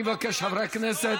הסתה